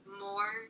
more